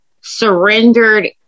surrendered